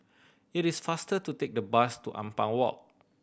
it is faster to take the bus to Ampang Walk